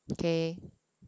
K